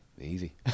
Easy